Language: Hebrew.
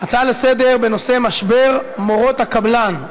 הצעה לסדר-היום בנושא משבר מורות הקבלן,